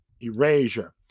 erasure